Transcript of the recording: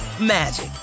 magic